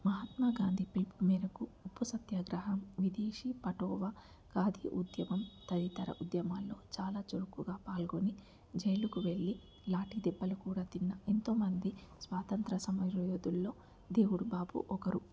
మహాత్మా గాంధీ పిలుపు మేరకు ఉప్పు సత్యాగ్రహం విదేశీ పటోవా కాదీ ఉద్యమం తదితర ఉద్యమాలు చాలా చురుకుగా పాల్గొని జైలుకు వెళ్లి లాటి దెబ్బలు కూడా తిన్న ఎంతోమంది స్వాతంత్ర సమరయోధులు దేవుడు బాబు ఒకరు